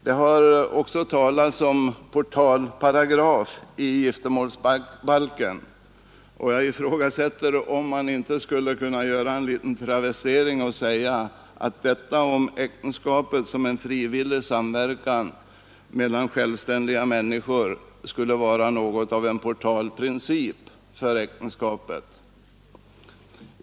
Det har också talats om en ”portalparagraf” i giftermålsbalken, och jag undrar då om jag inte skulle kunna göra en liten travestering och säga att formuleringen att äktenskapet skall vara en frivillig samverkan mellan självständiga människor kan vara något av en portalprincip i äktenskapet.